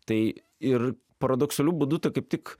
tai ir paradoksaliu būdu tai kaip tik